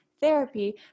therapy